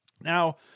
Now